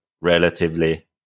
relatively